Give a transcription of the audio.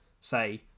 say